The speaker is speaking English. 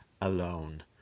alone